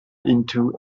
into